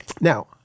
Now